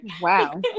Wow